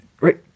Right